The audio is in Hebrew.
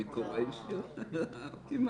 בשביל מה צריך חוקי יסוד אם אפשר למחוק אותם כך,